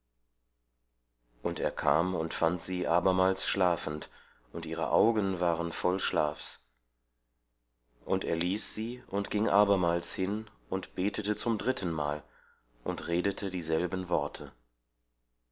und er kam und fand sie abermals schlafend und ihre augen waren voll schlafs und er ließ sie und ging abermals hin und betete zum drittenmal und redete dieselben worte